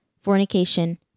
fornication